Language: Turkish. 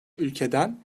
ülkeden